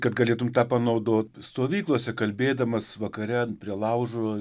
kad galėtum tą panaudot stovyklose kalbėdamas vakare prie laužo